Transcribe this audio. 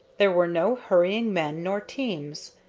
there were no hurrying men nor teams.